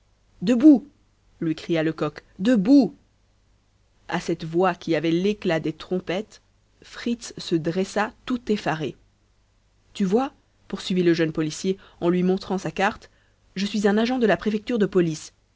debout lui cria lecoq debout à cette voix qui avait l'éclat des trompettes fritz se dressa tout effaré tu vois poursuivit le jeune policier en lui montrant sa carte je suis un agent de la préfecture de police